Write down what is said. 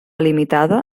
limitada